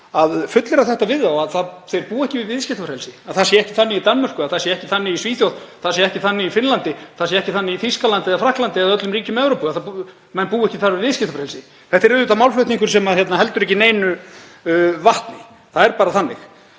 að fullyrða þetta við þá, að þeir búi ekki við viðskiptafrelsi, að það sé þannig í Danmörku, það sé þannig í Svíþjóð, það sé þannig í Finnlandi, það sé þannig í Þýskalandi eða Frakklandi eða öllum ríkjum Evrópu að menn búi ekki við viðskiptafrelsi? Þetta er auðvitað málflutningur sem heldur ekki neinu vatni. Það er bara þannig.